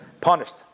punished